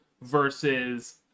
versus